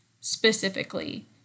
specifically